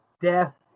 death